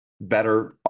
better